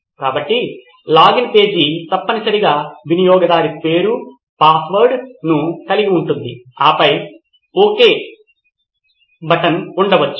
కాబట్టి login page తప్పనిసరిగా వినియోగదారు పేరు మరియు పాస్వర్డ్ను కలిగి ఉంటుంది ఆపై Ok బటన్ ఉండవచ్చు